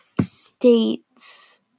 states